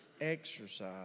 exercise